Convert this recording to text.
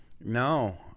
No